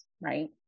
right